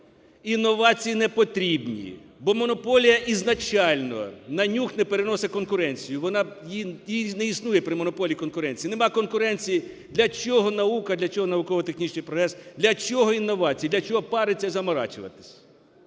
інновації не потрібні, бо монополія ізначально "на нюх" не переносить конкуренцію, її не існує при монополії конкуренції. Нема конкуренції – для чого наука, для чого науково-технічний прогрес, для чого інновації, для чого паритися і заморачиватись?